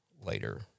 later